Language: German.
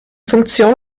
funktion